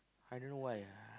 I don't know why ah